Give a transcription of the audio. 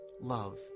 Love